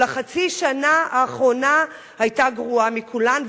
אבל חצי השנה האחרונה היתה גרועה מכולן,